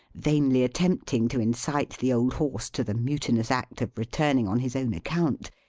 vainly attempting to incite the old horse to the mutinous act of returning on his own account,